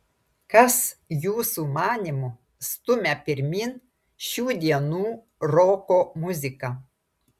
kas jūsų manymu stumia pirmyn šių dienų roko muziką